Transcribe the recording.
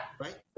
Right